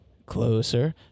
Closer